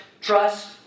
Trust